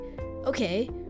okay